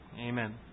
Amen